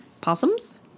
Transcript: Possums